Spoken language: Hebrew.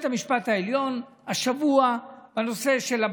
האיש היה